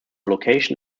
location